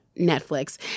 Netflix